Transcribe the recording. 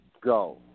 go